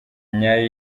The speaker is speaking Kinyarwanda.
nyayo